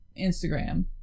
Instagram